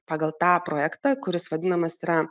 pagal tą projektą kuris vadinamas yra